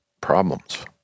problems